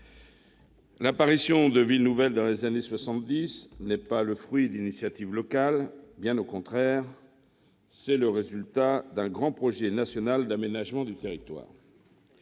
l'apparition de « villes nouvelles », dans les années 70, n'est pas le fruit d'initiatives locales. Bien au contraire, elle est le résultat d'un grand projet national d'aménagement du territoire.